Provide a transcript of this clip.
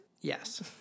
Yes